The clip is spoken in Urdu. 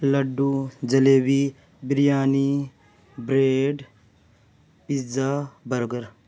laddoo jalebi biryani bread pizza burger